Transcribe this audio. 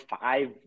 five